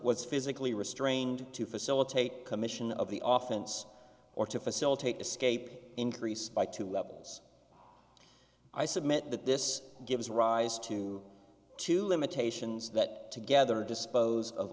was physically restrained to facilitate commission of the oftens or to facilitate escape increase by two levels i submit that this gives rise to two limitations that together dispose of